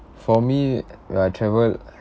for me when I travel